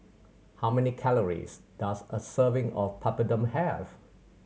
how many calories does a serving of Papadum have